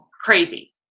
crazy